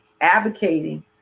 advocating